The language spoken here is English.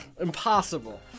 Impossible